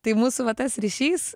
tai mūsų va tas ryšys